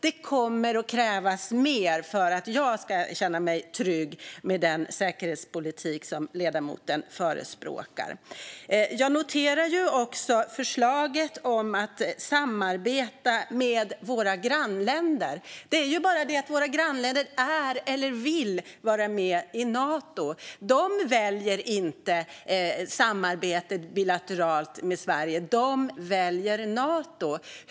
Det kommer att krävas mer för att jag ska känna mig trygg med den säkerhetspolitik som ledamoten förespråkar. Jag noterar också förslaget om att samarbeta med våra grannländer. Det är bara det att våra grannländer är eller vill vara med i Nato. De väljer inte att samarbeta bilateralt med Sverige. De väljer Nato.